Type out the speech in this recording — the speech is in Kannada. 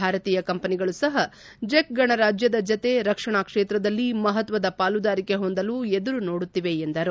ಭಾರತೀಯ ಕಂಪೆನಿಗಳು ಸಹ ಚೆಕ್ ಗಣರಾಜ್ಲದ ಜತೆ ರಕ್ಷಣಾ ಕ್ಷೇತ್ರದಲ್ಲಿ ಮಪತ್ವದ ಪಾಲುದಾರಿಕೆ ಹೊಂದಲು ಎದುರು ನೋಡುತ್ತಿವೆ ಎಂದರು